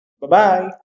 Bye-bye